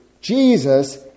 Jesus